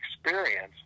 experience